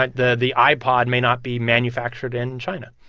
right? the the ipod may not be manufactured in china.